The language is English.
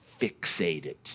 fixated